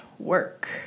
work